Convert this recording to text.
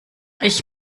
ich